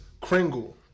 Kringle